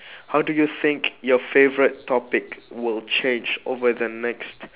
how do you think your favorite topic will change over the next